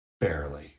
Barely